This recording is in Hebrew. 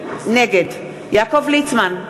נגד יעקב ליצמן,